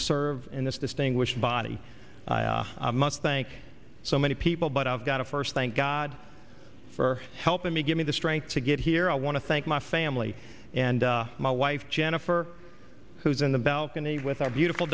serve in this distinguished body must thank so many people but i've got to first thank god for helping me give me the strength to get here i want to thank my family and my wife jennifer who's in the balcony with our beautiful